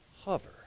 Hover